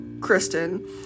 Kristen